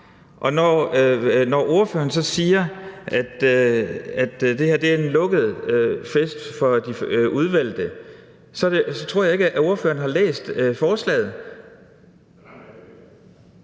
Og når ordføreren så siger, at det her er en lukket fest for de udvalgte, så tror jeg ikke, at ordføreren har læst forslaget.